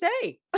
say